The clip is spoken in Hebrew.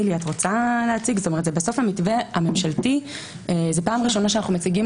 זה המתווה הממשלתי וזאת פעם ראשונה שאנחנו מציגים